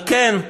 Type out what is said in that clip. על כן,